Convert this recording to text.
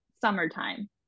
summertime